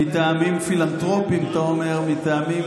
מטעמים פילנתרופיים אתה אומר, מטעמים